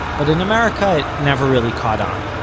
but in america it never really caught on.